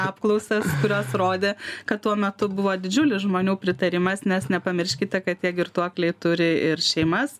apklausas kurios rodė kad tuo metu buvo didžiulis žmonių pritarimas nes nepamirškite kad tie girtuokliai turi ir šeimas